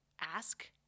ask